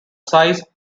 size